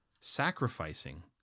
sacrificing